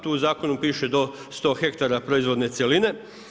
Tu u zakonu piše do 100 hektara proizvodne cjeline.